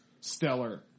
stellar